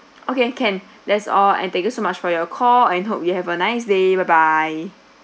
okay can that's all and thank you so much for your call and hope you'll have a nice day bye bye